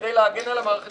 וכדי להגן על המערכת